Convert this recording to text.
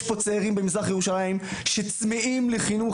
יש צעירים במזרח ירושלים שצמאים לחינוך